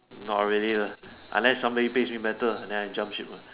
not really lah unless somebody pays me better then I jump ship lah